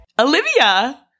Olivia